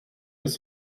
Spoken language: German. des